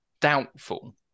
doubtful